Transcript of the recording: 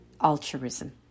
altruism